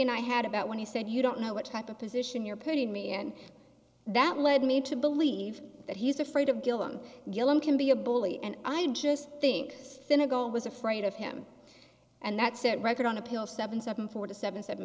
and i had about when he said you don't know what type of position you're putting me and that led me to believe that he's afraid of guillem gillum can be a bully and i just think finagle was afraid of him and that set a record on appeal seven seven four to seven seven